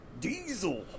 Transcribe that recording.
Diesel